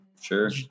Sure